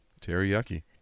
Teriyaki